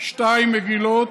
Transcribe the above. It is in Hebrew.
2. מגילות,